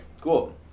Cool